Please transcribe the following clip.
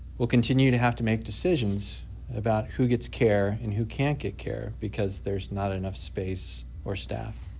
we'll continue to have to make decisions about who gets care and who can't get care because there's not enough space for staff.